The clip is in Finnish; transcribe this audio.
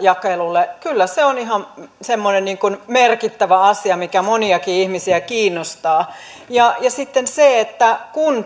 jakeluun kyllä se on ihan semmoinen merkittävä asia mikä moniakin ihmisiä kiinnostaa ja sitten se että